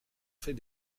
fait